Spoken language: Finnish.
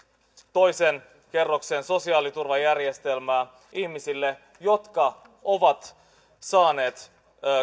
toisen kerroksen sosiaaliturvajärjestelmää ihmisille jotka ovat saaneet